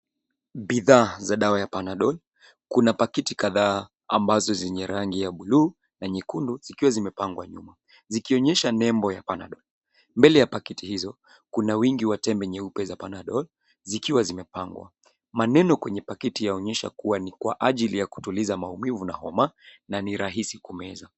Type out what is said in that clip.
Bidhaa za dawa ya Panadol kuna pakiti kadhaa ,ambazo zenye rangi ya blue, na nyekundu zikiwa zimepangwa nyuma. Zikionesha nembo ya Panadol. Mbele ya pakiti hizo kuna wingi wa tembe za panadol, zikiwa zimepangwa. Maneno kwenye pakiti yaonyesha kuwa ni kwa ajili ya kutuliza maumivu na homa, na ni rahisi kumeza.